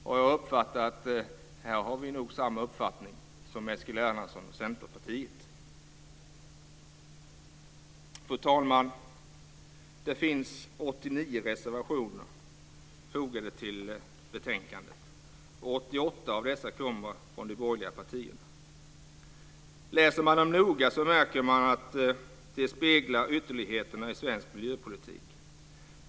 Jag har förstått att vi nog har samma uppfattning här som Eskil Erlandsson och Fru talman! Det finns 89 reservationer fogade till betänkandet. 88 av dessa kommer från de borgerliga partierna. Läser man dem noga så märker man att de speglar ytterligheterna i svensk miljöpolitik.